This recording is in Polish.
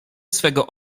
swego